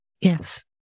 Yes